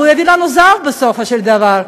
והוא יביא לנו זהב בסופו של דבר.